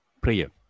Prayer